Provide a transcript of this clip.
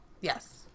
yes